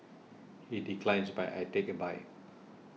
he declines but I take a bite